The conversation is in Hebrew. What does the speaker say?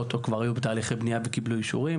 או היו בתהליכי בנייה וקיבלו אישורים.